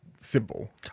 simple